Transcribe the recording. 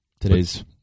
today's